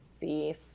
beef